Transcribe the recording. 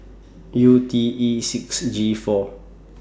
U T E six G four